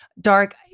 dark